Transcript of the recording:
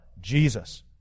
Jesus